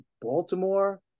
Baltimore